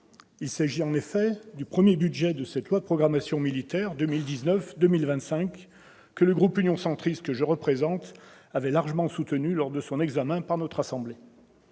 Il s'agit en effet du premier budget de cette loi de programmation militaire 2019-2025, que le groupe Union Centriste que je représente avait largement soutenue lors de son examen par notre assemblée.